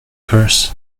purse